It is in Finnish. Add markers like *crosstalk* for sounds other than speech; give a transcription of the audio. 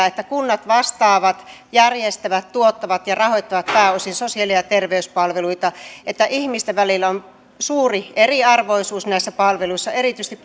*unintelligible* että kunnat vastaavat järjestävät tuottavat ja rahoittavat pääosin sosiaali ja terveyspalveluita ihmisten välillä on suuri eriarvoisuus näissä palveluissa erityisesti *unintelligible*